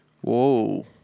Whoa